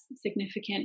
significant